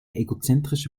egozentrische